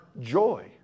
joy